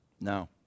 No